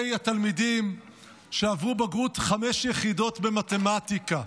התלמידים שעברו בגרות חמש יחידות במתמטיקה.